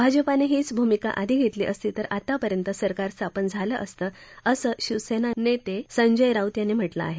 भाजपानं हीच भूमिका आधी घेतली असती तर आतापर्यंत सरकार स्थापन झालं असतं असं शिवसेना नेते संजय राऊत यांनी म्हटलं आहे